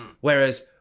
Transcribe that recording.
Whereas